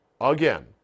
again